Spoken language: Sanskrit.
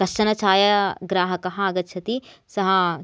कश्चन छायाग्राहकः आगच्छति सः